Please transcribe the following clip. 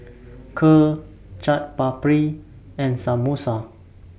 Kheer Chaat Papri and Samosa